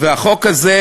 והחוק הזה,